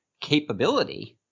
capability